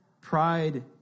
pride